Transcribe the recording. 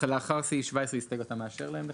לאחר סעיף 17 הסתייגויות אתה מאשר להם?